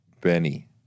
Benny